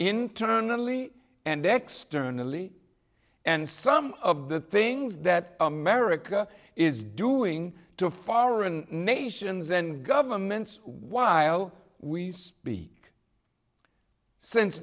internally and externally and some of the things that america is doing to foreign nations and governments while we speak since